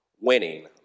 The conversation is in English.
winning